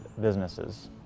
businesses